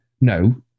no